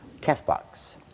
CastBox